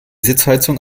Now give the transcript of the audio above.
sitzheizung